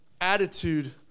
Attitude